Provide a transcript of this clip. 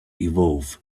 evolve